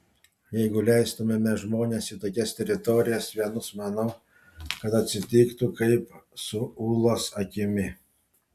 jeigu leistumėme žmones į tokias teritorijas vienus manau kad atsitiktų kaip su ūlos akimi